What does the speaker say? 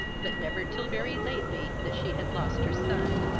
but never till very lately that she had lost her son.